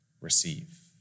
receive